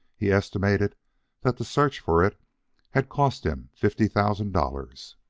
he estimated that the search for it had cost him fifty thousand dollars.